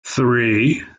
three